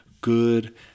good